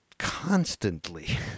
constantly